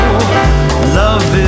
love